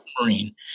Marine